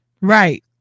Right